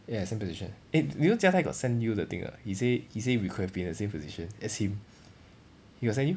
ya same position eh you know jia tai got send you the thing or not he say he say we could have been the same position as him he got send you